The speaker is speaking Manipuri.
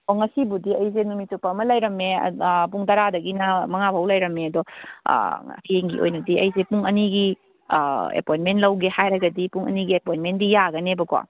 ꯑ ꯉꯁꯤꯕꯨꯗꯤ ꯑꯩꯁꯦ ꯅꯨꯃꯤꯠ ꯆꯨꯞꯄ ꯑꯃ ꯂꯩꯔꯝꯃꯦ ꯄꯨꯡ ꯇꯔꯥꯗꯒꯤꯅ ꯃꯉꯥ ꯐꯥꯎ ꯂꯩꯔꯝꯃꯦ ꯑꯗꯣ ꯍꯌꯦꯡꯒꯤ ꯑꯣꯏꯅꯗꯤ ꯑꯩꯁꯦ ꯄꯨꯡ ꯑꯅꯤꯒꯤ ꯑꯦꯄꯣꯏꯟꯃꯦꯟ ꯂꯧꯒꯦ ꯍꯥꯏꯔꯒꯗꯤ ꯄꯨꯡ ꯑꯅꯤꯒꯤ ꯑꯦꯄꯣꯏꯟꯃꯦꯟꯗꯤ ꯌꯥꯒꯅꯦꯕꯀꯣ